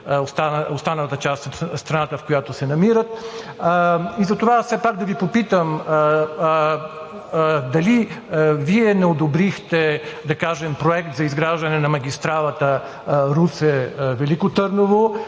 останалата част на страната, в която се намират. Затова все пак да Ви попитам: дали Вие не одобрихте, да кажем, проект за изграждане на магистралата Русе – Велико Търново,